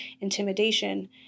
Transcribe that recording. intimidation